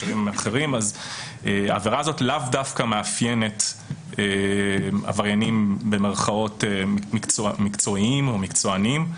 העבירה הזאת לאו דווקא מאפיינת עבריינים "מקצועיים" או "מקצוענים".